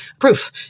proof